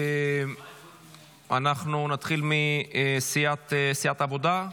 אנחנו נתחיל מסיעת העבודה.